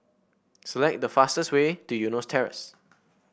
select the fastest way to Eunos Terrace